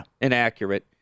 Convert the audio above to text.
inaccurate